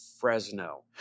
Fresno